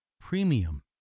premium